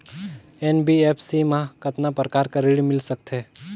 NBFC मा कतना प्रकार कर ऋण मिल सकथे?